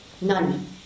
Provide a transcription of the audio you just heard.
None